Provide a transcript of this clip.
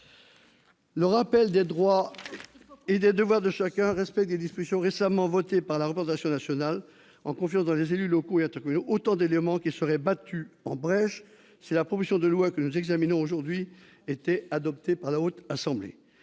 ... Rappel des droits et des devoirs de chacun, respect des dispositions récemment votées par la représentation nationale, confiance dans les élus locaux et intercommunaux : autant de principes qui seraient battus en brèche si la proposition de loi que nous examinons aujourd'hui était adoptée par la Haute Assemblée.